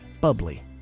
bubbly